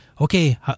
okay